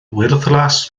wyrddlas